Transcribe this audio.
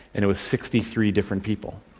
and it was sixty three different people.